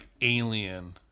Alien